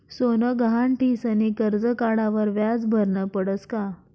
सोनं गहाण ठीसनी करजं काढावर व्याज भरनं पडस का?